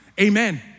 Amen